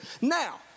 Now